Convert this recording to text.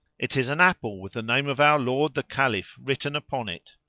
it is an apple with the name of our lord the caliph written upon it.